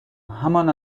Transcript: همان